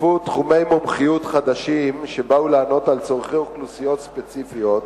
נוספו תחומי מומחיות חדשים שבאו לענות על צורכי אוכלוסיות ספציפיות,